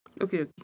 Okay